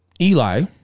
Eli